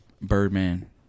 Birdman